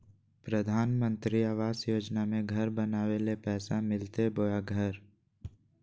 प्रधानमंत्री आवास योजना में घर बनावे ले पैसा मिलते बोया घर?